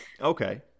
Okay